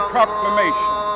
Proclamation